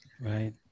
Right